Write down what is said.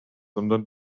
sondern